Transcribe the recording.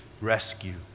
rescue